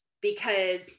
because-